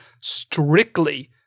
strictly